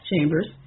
chambers